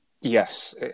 Yes